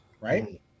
right